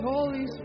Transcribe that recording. Holy